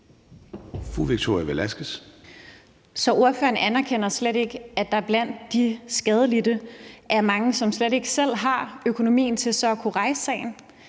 Så ordføreren anerkender slet ikke, at der blandt de skadelidte er mange, som slet ikke selv har økonomien til så at kunne rejse sagen,